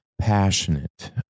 passionate